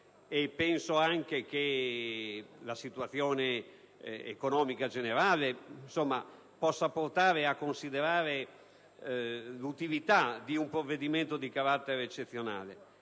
entrate e la situazione economica generale può portare a considerare l'utilità di un provvedimento di carattere eccezionale,